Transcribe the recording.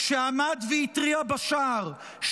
שעמד והתריע בשער,